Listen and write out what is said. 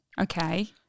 Okay